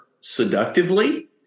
seductively